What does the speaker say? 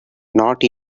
not